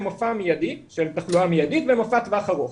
מופע מיידי של תחלואה מיידית ומופע טווח ארוך.